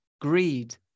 greed